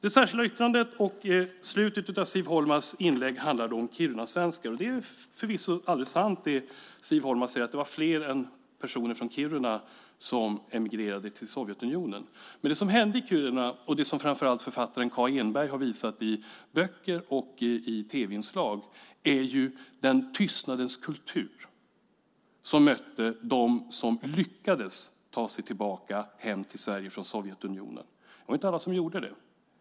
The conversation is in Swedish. Det särskilda yttrandet och slutet av Siv Holmas inlägg handlade om kirunasvenskar. Det är förvisso alldeles sant det Siv Holma säger, att det var fler än personerna från Kiruna som emigrerade till Sovjetunionen. Men det som hände i Kiruna och det som framför allt författaren Kaa Eneberg har visat i böcker och tv-inslag är ju den tystnadens kultur som mötte dem som lyckades ta sig tillbaka hem till Sverige från Sovjetunionen. Det var inte alla som gjorde det.